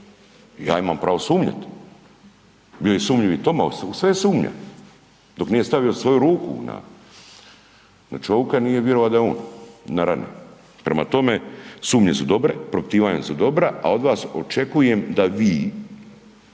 Ja imam pravo sumnjivi, bi je i sumnjivi Toma u sve sumnja dok nije stavio svoju ruku na čovika nije virovao da je on na rani. Prema tome, sumnje su dobre, propitivanja su dobra, a od vas očekujem da vi